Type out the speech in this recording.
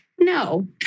No